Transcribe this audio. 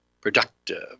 productive